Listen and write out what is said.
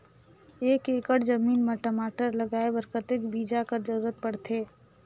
एक एकड़ जमीन म टमाटर लगाय बर कतेक बीजा कर जरूरत पड़थे?